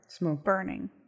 burning